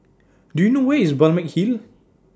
Do YOU know Where IS Balmeg Hill